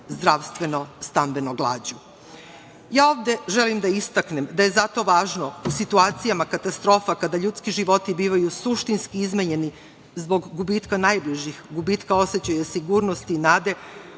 zdravstveno, stambeno, glađu. Ovde želim da istaknem da je zato važno u situacijama katastrofa, kada ljudski životi bivaju suštinski izmenjeni zbog gubitka najbližih, gubitka osećaja sigurnosti i nade,